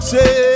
say